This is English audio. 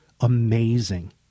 amazing